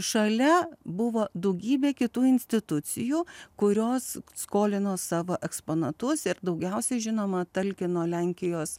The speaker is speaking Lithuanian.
šalia buvo daugybė kitų institucijų kurios skolino savo eksponatus ir daugiausiai žinoma talkino lenkijos